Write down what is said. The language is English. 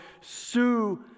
Sue